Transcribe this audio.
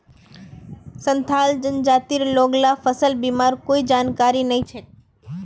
संथाल जनजातिर लोग ला फसल बीमार कोई जानकारी नइ छेक